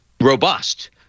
robust